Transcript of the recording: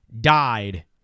died